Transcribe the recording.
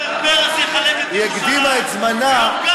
למה הקדימה את עצמה?